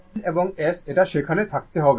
N এবং S এটা সেখানে থাকতে হবে